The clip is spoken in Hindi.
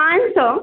पाँच सौ